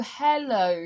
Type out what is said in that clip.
hello